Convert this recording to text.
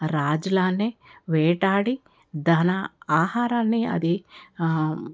రాజులానే వేటాడి దన ఆహారాన్ని అది